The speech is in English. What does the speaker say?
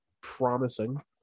promising